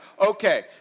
okay